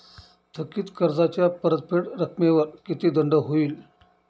थकीत कर्जाच्या परतफेड रकमेवर किती दंड होईल?